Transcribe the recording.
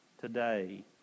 today